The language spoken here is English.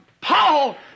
Paul